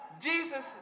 Jesus